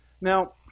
Now